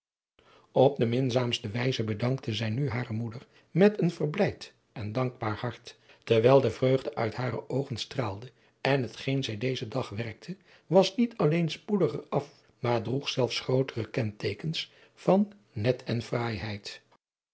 op de minzaamste wijze bedankte zij nu hare moeder met een verblijd en dankbaar hart terwijl de vreugde uit hare oogen straalde en adriaan loosjes pzn het leven van hillegonda buisman hetgeen zij dezen dag werkte was niet alleen spoediger af maar droeg zelfs grootere kenteekens van net en fraaiheid